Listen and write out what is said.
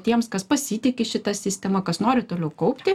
tiems kas pasitiki šita sistema kas nori toliau kaupti